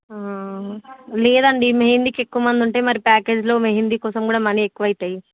లేదండి మెహందికి ఎక్కువ మంది ఉంటే మరి ప్యాకేజీలో మెహంది కోసం కూడా మనీ ఎక్కువ అవుతాయి